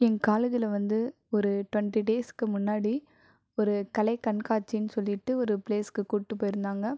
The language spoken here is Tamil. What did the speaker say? என் காலேஜில் வந்து ஒரு டொண்டி டேஸ்க்கு முன்னாடி ஒரு கலை கண்காட்சின்னு சொல்லிவிட்டு ஒரு பிளேஸ்க்கு கூட்டு போயிருந்தாங்க